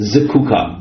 Zekuka